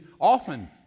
often